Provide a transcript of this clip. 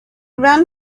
ran